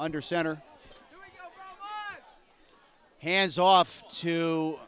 under center hands off to